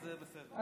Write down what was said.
אז בסדר.